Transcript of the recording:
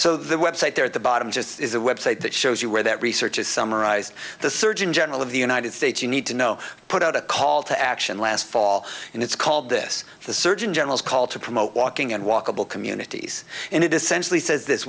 so the website there at the bottom just is a website that shows you where that research is summarized the surgeon general of the united states you need to know put out a call to action last fall and it's called this the surgeon general's call to promote walking and walkable communities and it essentially says this